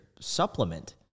supplement